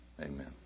Amen